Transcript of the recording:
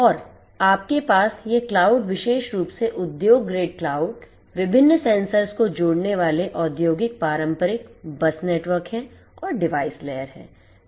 और आपके पास यह क्लाउड विशेष रूप से उद्योग ग्रेड क्लाउड विभिन्न सेंसर को जोड़ने वाले औद्योगिक पारंपरिक बस नेटवर्क हैं और डिवाइस लेयर हैं